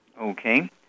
Okay